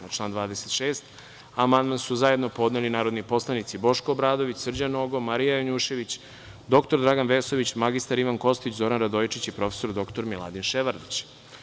Na član 26 amandman su zajedno podneli narodni poslanici Boško Obradović, Srđan Nogo, Marija Janjušević, dr Dragan Vesović, mr Ivan Kostić, Zoran Radojičić i prof. dr Miladin Ševarlić.